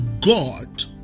God